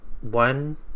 one